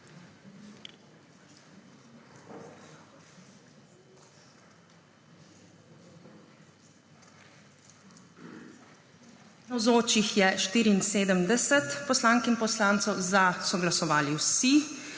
Navzočih je 74 poslank in poslancev, za so glasovali vsi,